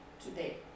today